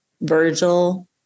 Virgil